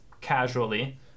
casually